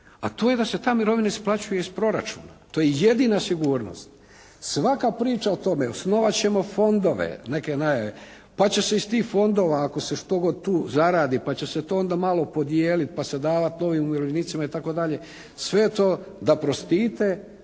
A to je da se ta mirovina isplaćuje iz proračuna. To je jedina sigurnost. Svaka priča o tome, osnovat ćemo fondove, neke nove, pa će se iz tih fondova ako se što god tu zaradi, pa će se to onda malo podijeliti, pa se davat novim umirovljenicima itd., sve je to da prostite